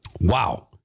Wow